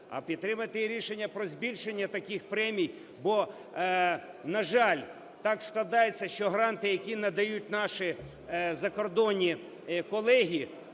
а підтримати рішення про збільшення таких премій бо, на жаль, так складається, що гранти, які надають наші закордонні колеги